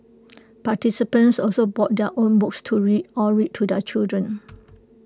participants also brought their own books to read or read to their children